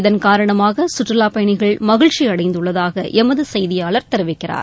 இதன்காரணமாக சுற்றுலாப் பயணிகள் மகிழ்ச்சி அடைந்துள்ளதாக எமது செய்தியாளர் தெரிவிக்கிறார்